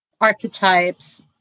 archetypes